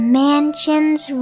mansion's